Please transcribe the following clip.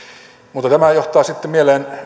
mutta tämä johtaa sitten mieleen